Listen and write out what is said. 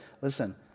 listen